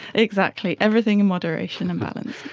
exactly, everything in moderation and balance.